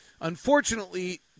unfortunately